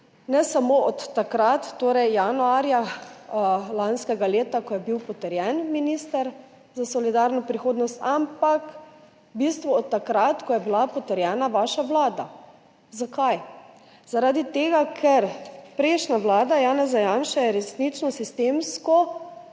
ne samo od takrat, torej januarja lanskega leta, ko je bil potrjen minister za solidarno prihodnost, ampak v bistvu od takrat, ko je bila potrjena vaša vlada. Zakaj? Zaradi tega, ker je prejšnja vlada Janeza Janše resnično sistemsko